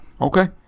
Okay